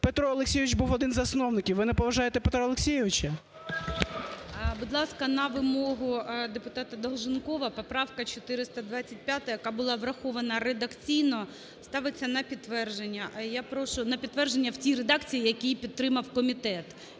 Петро Олексійович був один із засновників. Ви не поважаєте Петра Олексійовича? ГОЛОВУЮЧИЙ. Будь ласка, на вимогу депутата Долженкова поправка 425, яка була врахована редакційно, ставиться на підтвердження в тій редакції, яку підтримав комітет.